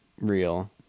real